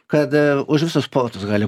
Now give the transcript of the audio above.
kad už visus postus gali